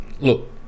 Look